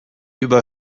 über